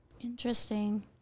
Interesting